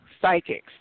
psychics